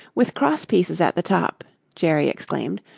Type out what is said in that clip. with cross pieces at the top? jerry exclaimed,